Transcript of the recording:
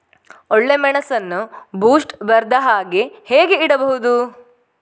ಒಳ್ಳೆಮೆಣಸನ್ನು ಬೂಸ್ಟ್ ಬರ್ದಹಾಗೆ ಹೇಗೆ ಇಡಬಹುದು?